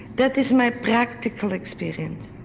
that is my practical experience.